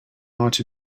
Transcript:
heart